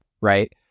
right